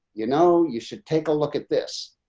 you know, you should take a look at this.